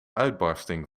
uitbarsting